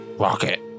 Rocket